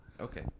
Okay